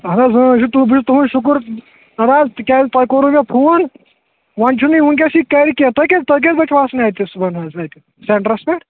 اَہَن حظ اۭں یہِ چھُ تُہُنٛد شُکُر نہ حظ تِکیاز توہہِ کوروٕ مےٚ فون وۄنۍ چھُنہٕ یہِ وٕنکٮ۪س یہِ گَرِ کینٛہہ توہہِ کٕژِ بَجہِ تُہۍ کٕژِ بَجہِ چھُو آسان اَتۍ سٮ۪نٹَرس پٮ۪ٹھ